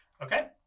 Okay